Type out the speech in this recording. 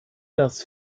das